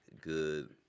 good